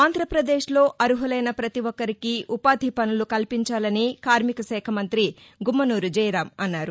ఆంధ్రప్రదేశ్లో అర్మలైన పతి ఒక్కరికీ ఉపాధి పనులు కల్పించాలని కార్నిక శాఖ మంత్రి గుమ్మనూరు జయరాం అన్నారు